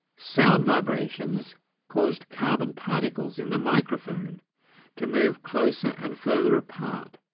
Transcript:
sound vibrations caused carbon particles in the microphone to move closer and further apart,